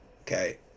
Okay